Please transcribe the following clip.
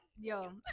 Yo